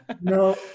No